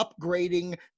upgrading